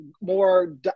more